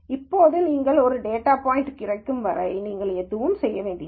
இப்போது நீங்கள் ஒரு டேட்டா பாய்ன்ட் கிடைக்கும் வரை நீங்கள் எதுவும் செய்ய வேண்டியதில்லை